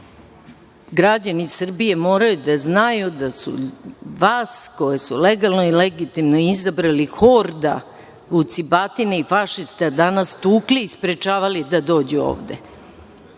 građani Srbije moraju da znaju da su vas koje su legalno i legitimno izabrali horda vucibatina i fašista danas tukli i sprečavali da dođu ovde,